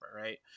right